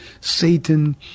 Satan